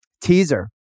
teaser